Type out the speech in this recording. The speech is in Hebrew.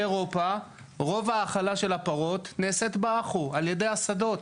באירופה רוב ההאכלה של הפרות נעשית באחו ע"י השדות.